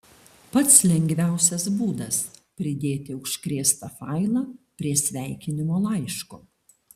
pats lengviausias būdas pridėti užkrėstą failą prie sveikinimo laiško